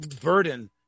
burden